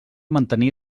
mantenir